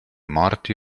morti